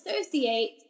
associate